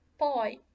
Poi